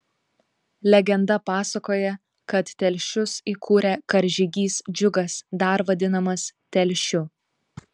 legenda pasakoja kad telšius įkūrė karžygys džiugas dar vadinamas telšiu